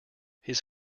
his